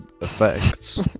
effects